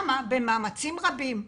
ושם במאמצים רבים,